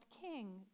king